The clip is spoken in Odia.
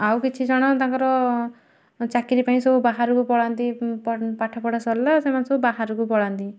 ଆଉ କିଛି ଜଣ ତାଙ୍କର ଚାକିରି ପାଇଁ ସବୁ ବାହାରକୁ ପଳାନ୍ତି ପାଠ ପଢ଼ା ସରିଲା ସେମାନେ ସବୁ ବାହାରକୁ ପଳାନ୍ତି